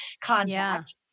contact